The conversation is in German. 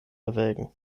erwägen